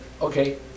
Okay